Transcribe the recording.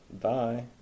bye